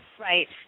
Right